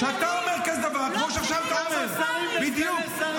כמה שרים וכמה סגני שרים בממשלה המנופחת שלכם?